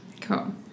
Cool